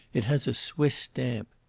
it has a swiss stamp.